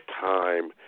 time